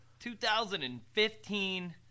2015